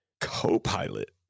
Copilot